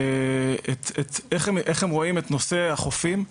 איך הם רואים את נושא החופים.